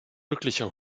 wirklicher